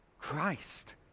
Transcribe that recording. Christ